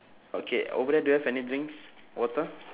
okay over there do you have any drinks water